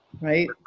Right